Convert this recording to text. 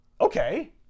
okay